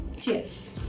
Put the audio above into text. Cheers